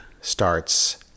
starts